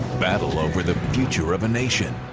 battle over the future of a nation.